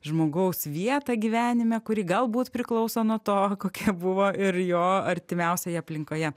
žmogaus vietą gyvenime kuri galbūt priklauso nuo to kokia buvo ir jo artimiausioje aplinkoje